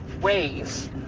ways